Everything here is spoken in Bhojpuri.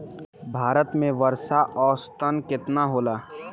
भारत में वर्षा औसतन केतना होला?